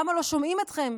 למה לא שומעים אתכם?